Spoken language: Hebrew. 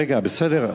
רגע, בסדר,